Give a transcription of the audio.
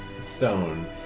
stone